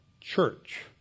church